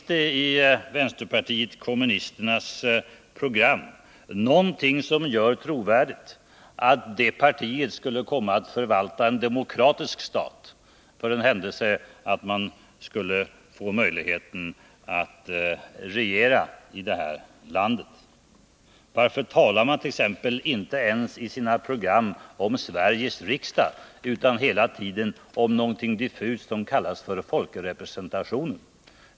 Var i vänsterpartiet kommunisternas program finns något som gör trovärdigt att det partiet skulle komma att förvalta en demokratisk stat för den händelse man skulle få möjlighet att regera i det här landet? Varför talar man t.ex. i sina program inte ens om Sveriges riksdag, utan hela tiden diffust om ”folkrepresentation”?